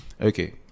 Okay